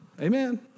Amen